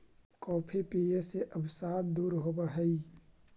coffee पीये से अवसाद दूर होब हई